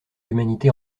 l’humanité